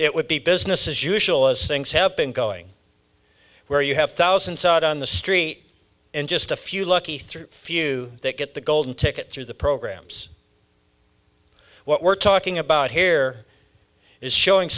it would be business as usual as things have been going where you have thousands out on the street in just a few lucky three few that get the golden ticket through the programs what we're talking about here is showing